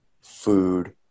food